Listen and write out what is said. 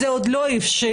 זה עוד לא הבשיל,